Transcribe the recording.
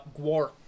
Gwar